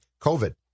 COVID